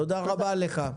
תודה רבה לך.